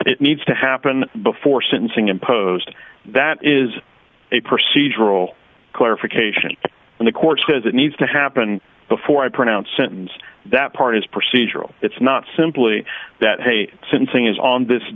it needs to happen before sentencing imposed that is a procedural clarification and the court says it needs to happen before i pronounce sentence that part is procedural it's not simply that hey syncing is on this